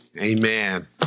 Amen